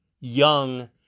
young